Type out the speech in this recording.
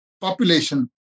population